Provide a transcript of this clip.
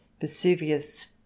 Vesuvius